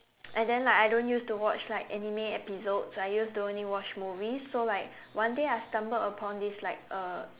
and then like I don't used to watch like anime episodes I used to only watch movies so like one day I stumbled upon this like uh